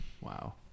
Wow